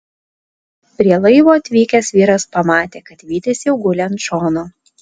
prie laivo atvykęs vyras pamatė kad vytis jau guli ant šono